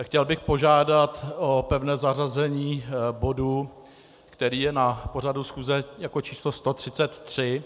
Chtěl bych požádat o pevné zařazení bodu, který je na pořadu schůze jako číslo 133.